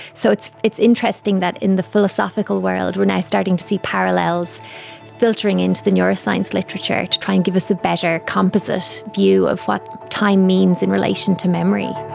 so it's it's interesting that in the philosophical world we are now starting to see parallels filtering in to the neuroscience literature to try and give us a better composite view of what time means in relation to memory.